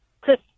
Chris